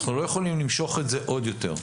אנחנו לא יכולים למשוך את זה עוד יותר.